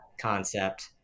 concept